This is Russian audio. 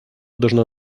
должна